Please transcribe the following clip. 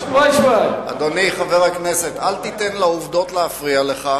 אדוני חבר הכנסת, אל תיתן לעובדות להפריע לך.